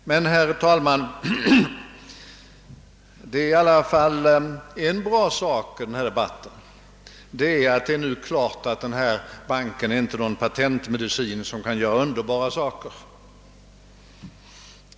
Men, herr talman, det har i alla fall framgått en bra sak av denna debatt, nämligen att det nu står klart att denna bank inte utgör någon patentmedicin som kan göra underbara saker.